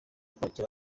kwakira